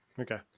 Okay